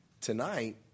tonight